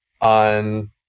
on